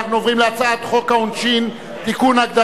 אנחנו עוברים להצעת חוק העונשין (תיקון,